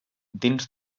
dins